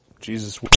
Jesus